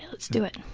let's do it.